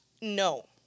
No